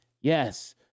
Yes